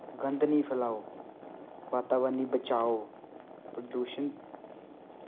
गंद निं फैलाओ वातावरण गी फैलाओ ते प्रदूशन